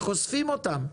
חושפים אותם.